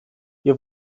wir